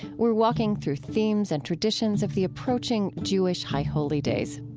we're walking through themes and traditions of the approaching jewish high holy days